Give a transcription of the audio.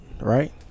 right